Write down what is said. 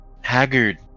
haggard